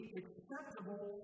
acceptable